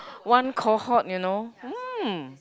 one cohort you know mm